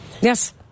yes